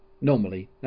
normally